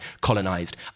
colonized